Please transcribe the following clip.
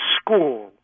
school